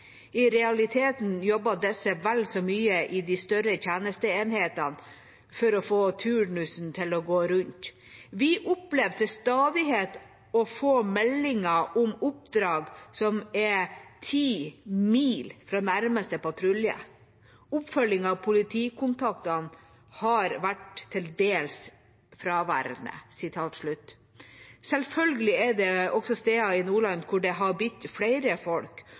I realiteten jobber disse vel så mye i de større tjenesteenhetene for å få turnusen til å gå rundt. Vi opplever til stadighet å få meldinger om oppdrag som er 10 mil fra nærmeste patrulje. Oppfølging av politikontaktene har vært til dels fraværende.» Selvfølgelig er det også steder i Nordland hvor det har blitt flere